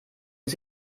bis